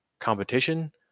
competition